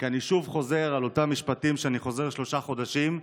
כי אני שוב חוזר על אותם משפטים שאני חוזר עליהם שלושה חודשים,